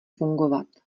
fungovat